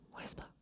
Whisper